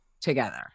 together